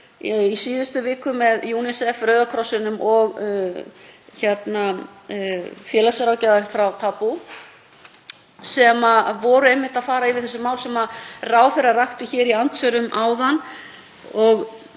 í síðustu viku með UNICEF, Rauða krossinum og félagsráðgjafa frá Tabú sem voru einmitt að fara yfir þau mál sem ráðherra rakti í andsvörum áðan